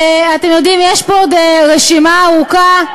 אתם יודעים, יש פה עוד רשימה ארוכה.